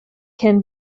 can